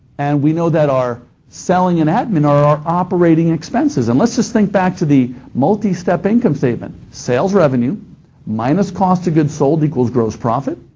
and we know that our selling and admin are our operating expenses, and let's just think back to the multi-step income statement, sales revenue minus cost of goods sold equals gross profit,